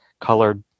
colored